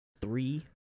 three